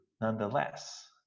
nonetheless